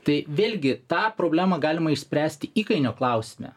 tai vėlgi tą problemą galima išspręsti įkainio klausime